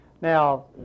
Now